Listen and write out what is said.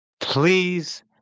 please